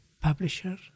publisher